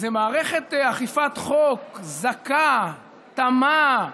איזו מערכת אכיפת חוק זכה, תמה,